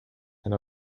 and